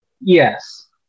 Yes